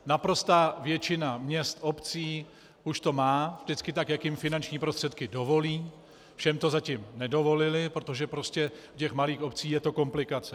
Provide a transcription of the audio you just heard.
Naprostá většina měst, obcí už to má, vždycky tak, jak jim finanční prostředky dovolí, všem to zatím nedovolily, protože u malých obcí je to komplikace.